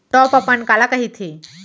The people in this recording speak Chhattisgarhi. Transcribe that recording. टॉप अपन काला कहिथे?